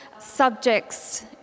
subjects